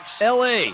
LA